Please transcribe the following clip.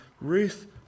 Ruth